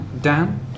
Dan